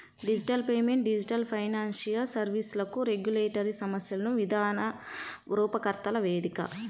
digital payment digital financial సర్వీస్లకు regulatory సమస్యలను విధాన రూపకర్తల వేదిక